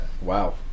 Wow